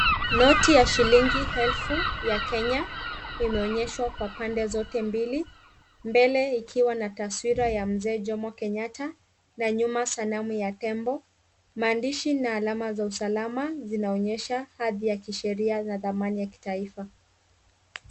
Noti ya shilingi elfu ya Kenya imeonyeshwa kwa pande zote mbili, mbele ikiwa na taswira ya mzee Jomo Kenyatta na nyuma sanamu ya tembo. Maandishi na alama za usalama zinaonyesha hadhi ya kisheria na dhamani ya kitaifa.